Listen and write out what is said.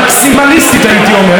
ככה אני מקווה לפחות,